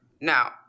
Now